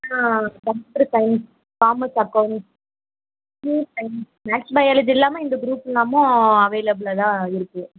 computer science commerce accounts pure science maths biology இல்லாம இந்த குரூப்புலாமும் அவைலபிள்ல தான் இருக்கு